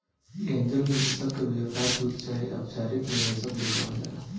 angel निवेशक के व्यापार दूत चाहे अपचारिक निवेशक भी कहल जाला